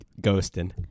ghosting